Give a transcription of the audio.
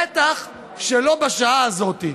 בטח שלא בשעה הזאת.